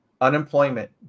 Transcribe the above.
unemployment